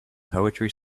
poetry